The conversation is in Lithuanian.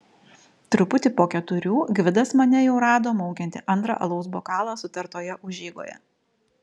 truputį po keturių gvidas mane jau rado maukiantį antrą alaus bokalą sutartoje užeigoje